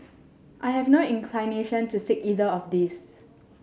I have no inclination to seek either of these